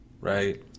Right